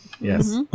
Yes